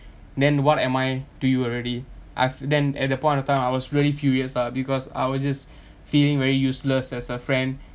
then what am I to you already I've then at the point of time I was really furious ah because I was just feeling very useless as a friend